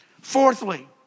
Fourthly